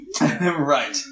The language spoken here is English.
right